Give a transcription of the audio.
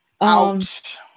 Ouch